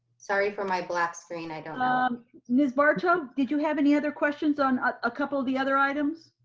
sorry for my black screen i don't um miss barto, um did you have any other questions on a couple of the other items?